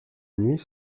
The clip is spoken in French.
nuit